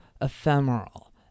ephemeral